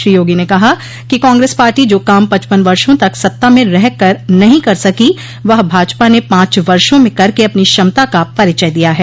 श्री योगी ने कहा कि कांग्रेस पार्टी जो काम पचपन वर्षो तक सत्ता में रह कर नहीं कर सकी वह भाजपा ने पांच वर्षो में करके अपनी क्षमता का परिचय दिया है